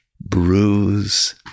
bruise